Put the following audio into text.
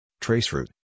Traceroute